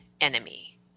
enemy